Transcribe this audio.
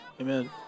Amen